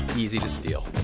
easy to steal